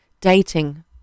dating